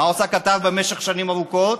מה עושה קטאר במשך שנים ארוכות?